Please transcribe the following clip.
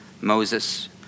Moses